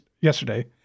yesterday